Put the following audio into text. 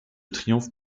triomphe